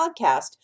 podcast